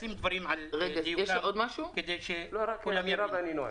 לשים דברים על דיוקם כדי שכולם יבינו: